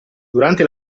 durante